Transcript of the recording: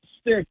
stick